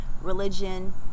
religion